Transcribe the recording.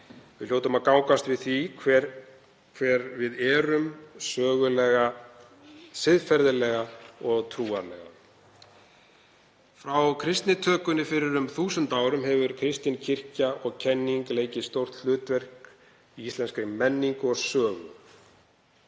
Við hljótum að gangast við því hver við erum, sögulega, siðferðilega og trúarlega. Frá kristnitökunni fyrir um þúsund árum hefur kristin kirkja og kenning leikið stórt hlutverk í íslenskri menningu og sögu.